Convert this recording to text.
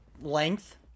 length